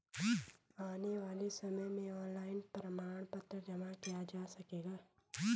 आने वाले समय में ऑनलाइन प्रमाण पत्र जमा किया जा सकेगा